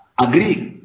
agree